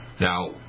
Now